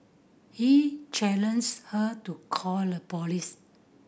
he challenged her to call a police